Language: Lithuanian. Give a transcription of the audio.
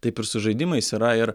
taip ir su žaidimais yra ir